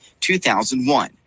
2001